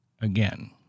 again